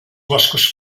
boscos